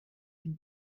dem